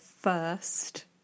First